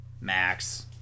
max